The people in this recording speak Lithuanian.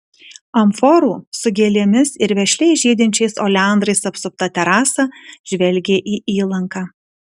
amforų su gėlėmis ir vešliai žydinčiais oleandrais apsupta terasa žvelgė į įlanką